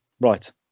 right